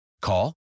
Call